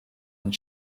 and